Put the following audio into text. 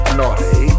naughty